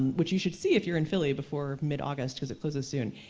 which you should see if you're in philly before mid-august, because it closes soon,